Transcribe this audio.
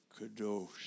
Kadosh